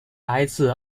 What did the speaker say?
来自